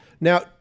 Now